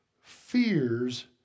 fears